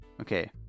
Okay